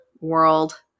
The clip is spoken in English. world